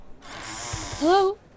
Hello